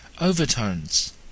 overtones